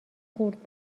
خورد